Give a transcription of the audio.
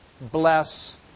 bless